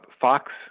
Fox